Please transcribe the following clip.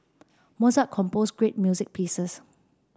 Mozart composed great music pieces